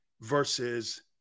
versus